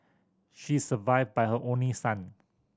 she is survived by her only son